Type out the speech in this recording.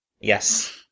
Yes